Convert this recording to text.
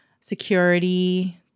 security